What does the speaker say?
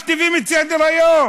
מכתיבים את סדר-היום.